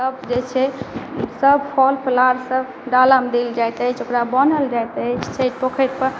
सब जे छै सब फल फलहार सब डाला मे देल जाइत अछि ओकरा बान्हल जाइत अछि छठि पोखरि पर